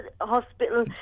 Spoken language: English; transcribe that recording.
hospital